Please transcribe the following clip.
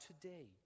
today